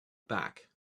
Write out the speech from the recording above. back